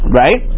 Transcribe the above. right